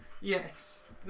Yes